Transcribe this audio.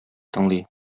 тыңлый